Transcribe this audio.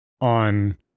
on